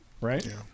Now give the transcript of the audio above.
right